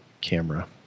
camera